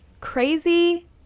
Crazy